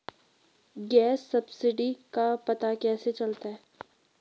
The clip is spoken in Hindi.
गैस सब्सिडी का पता कैसे चलता है?